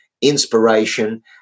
inspiration